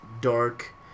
dark